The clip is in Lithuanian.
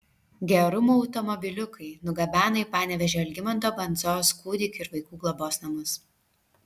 gerumo automobiliukai nugabeno į panevėžio algimanto bandzos kūdikių ir vaikų globos namus